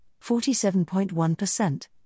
47.1%